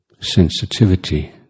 sensitivity